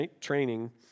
training